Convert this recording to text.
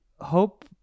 hope